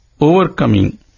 overcoming